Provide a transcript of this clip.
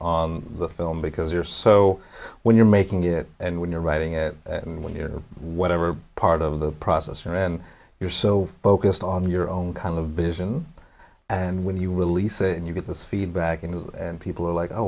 on the film because you're so when you're making it and when you're writing it and when you know whatever part of the process and you're so focused on your own kind of business and when you release it and you get this feedback and people are like oh